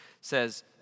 says